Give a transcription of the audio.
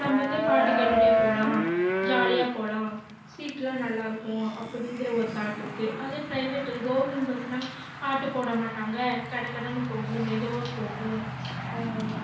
நம்ம வந்து பாட்டு கேட்டுட்டு போகலாம் ஜாலியாக போகலாம் சீட்டுலாம் நல்லாயிருக்கும் அப்படிங்கிற ஒரு தாட் இருக்குது அதே பிரைவேட்டு கவுர்மெண்ட் பஸ்னா பாட்டு போட மாட்டாங்க கட கடன்னு போகும் மெதுவாக போகும்